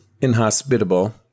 inhospitable